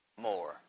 more